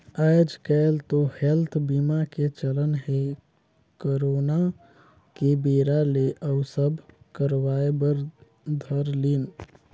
आएज काएल तो हेल्थ बीमा के चलन हे करोना के बेरा ले अउ सब करवाय बर धर लिन